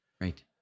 Right